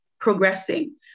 progressing